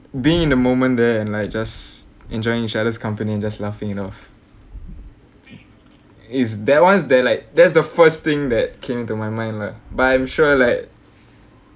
being in the moment there and like just enjoying each other's company and just laughing it off is that one is there like that's the first thing that came into my mind lah but I'm sure like